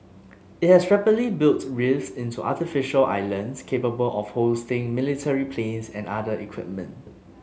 it has rapidly built reefs into artificial islands capable of hosting military planes and other equipment